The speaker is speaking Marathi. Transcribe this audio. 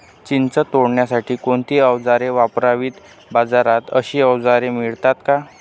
चिंच तोडण्यासाठी कोणती औजारे वापरावीत? बाजारात अशी औजारे मिळतात का?